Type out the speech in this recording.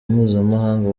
mpuzamahanga